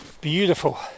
beautiful